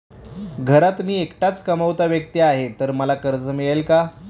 घरात मी एकटाच कमावता व्यक्ती आहे तर मला कर्ज मिळेल का?